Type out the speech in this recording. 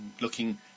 looking